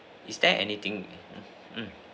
is there anything mm